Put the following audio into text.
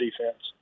defense